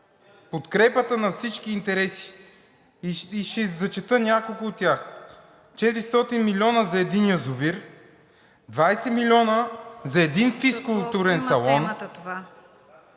подкрепата на всички интереси, и ще зачета няколко от тях: 400 милиона за един язовир, 20 милиона за един физкултурен салон…